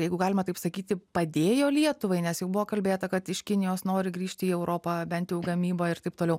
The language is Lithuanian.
jeigu galima taip sakyti padėjo lietuvai nes jau buvo kalbėta kad iš kinijos nori grįžti į europą bent jau gamyba ir taip toliau